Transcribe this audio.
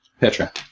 Petra